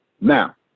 now